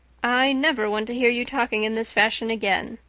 i never want to hear you talking in this fashion again.